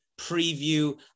preview